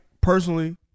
personally